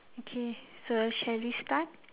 okay so shall we start